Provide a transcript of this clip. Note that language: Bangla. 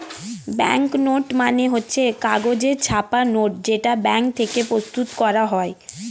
ব্যাংক নোট মানে হচ্ছে কাগজে ছাপা নোট যেটা ব্যাঙ্ক থেকে প্রস্তুত করা হয়